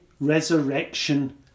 resurrection